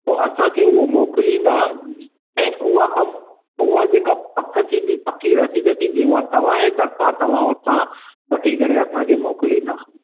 पोइ असां खे हूअ मोकलींदा ऐं उहा कमु उहा जेका पक थींदी पकी रसीद थींदी उहा तव्हां जे तरिफां तव्हां उतां वठी करे असां खे मोकलींदा